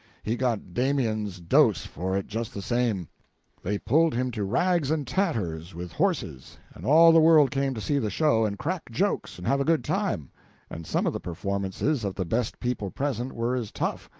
he got damiens' dose for it just the same they pulled him to rags and tatters with horses, and all the world came to see the show, and crack jokes, and have a good time and some of the performances of the best people present were as tough,